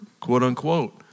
quote-unquote